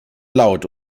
laut